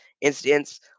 incidents